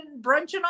brunching